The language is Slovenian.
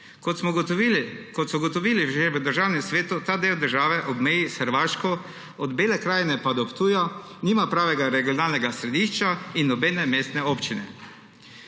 Kot so ugotovili že v Državnem svetu, ta del države ob meji s Hrvaško od Bele krajine pa do Ptuja nima pravega regionalnega središča in nobene mestne občine.